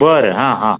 बरं हां हां